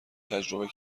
تجربه